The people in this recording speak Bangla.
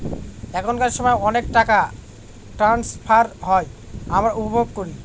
এখনকার সময় অনেক টাকা ট্রান্সফার হয় আমরা উপভোগ করি